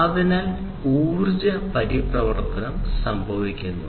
അതിനാൽ ഊർജ്ജ പരിവർത്തനം സംഭവിക്കുന്നു